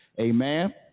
Amen